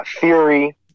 theory